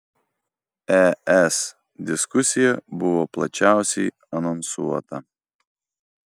es diskusija buvo plačiausiai anonsuota